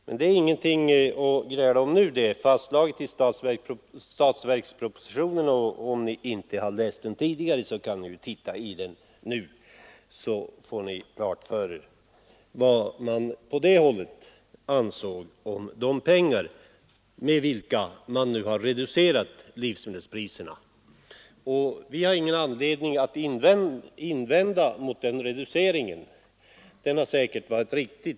Om ni inte har läst statsverkspropositionen tidigare kan ni titta i den nu, så får ni klart för er vad man på det hållet anser om de pengar med vilka man nu reducerar livsmedelspriserna. Vi har ingenting att invända mot reduceringen — den är säkert riktig.